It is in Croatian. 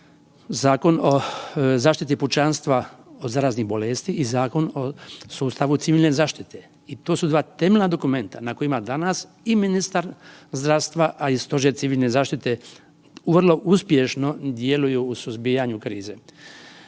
Zakon o zaštiti pučanstva od zaraznih bolesti i Zakon o sustavu civilne zaštite i to su dva temeljna dokumenta na kojima danas i ministar zdravstva, a i Stožer civilne zaštite vrlo uspješno djeluju u suzbijanju krize.